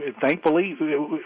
thankfully